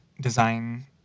design